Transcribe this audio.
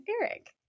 Eric